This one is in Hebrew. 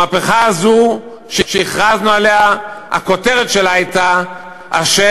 המהפכה הזו שהכרזנו עליה, הכותרת שלה הייתה "ה'